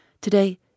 today